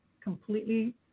completely